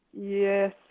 yes